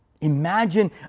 Imagine